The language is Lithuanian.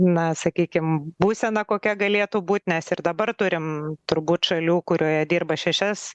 na sakykim būsena kokia galėtų būt nes ir dabar turim turbūt šalių kurioje dirba šešias